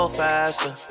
faster